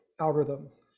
algorithms